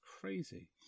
crazy